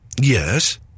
Yes